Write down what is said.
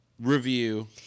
review